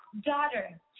daughter